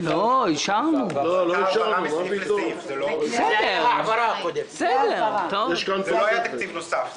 מה שאישרתם לא היה תקציב נוסף,